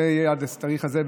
זה יהיה עד התאריך הזה,